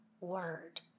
word